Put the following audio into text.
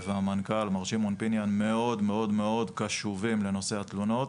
והמנכ"ל מר שמעון פיניאן מאוד מאוד מאוד קשובים לנושא התלונות.